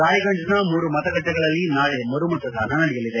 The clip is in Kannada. ರಾಯಗಂಜ್ನ ಮೂರು ಮತಗಟ್ಟೆಗಳಲ್ಲಿ ನಾಳೆ ಮರುಮತದಾನ ನಡೆಯಲಿದೆ